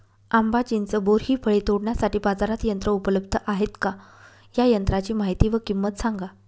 आंबा, चिंच, बोर हि फळे तोडण्यासाठी बाजारात यंत्र उपलब्ध आहेत का? या यंत्रांची माहिती व किंमत सांगा?